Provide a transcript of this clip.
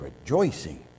rejoicing